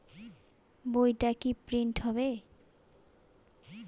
বইটা কি প্রিন্ট হবে?